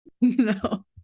No